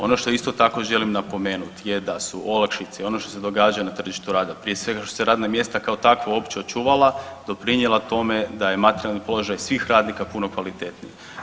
Ono što isto tako želim napomenuti je da su olakšice i ono što se događa na tržištu rada, prije svega, što se radna mjesta kao takva uopće očuvala, doprinijela tome da je materijalni položaj svih radnika puno kvalitetniji.